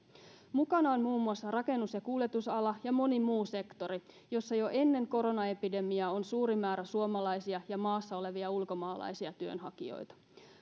mukana ovat muun muassa rakennus ja kuljetusala ja moni muu sektori joilla jo ennen koronaepidemiaa oli suuri määrä suomalaisia ja maassa olevia ulkomaalaisia työnhakijoita